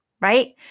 right